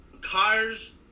Cars